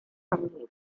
hungary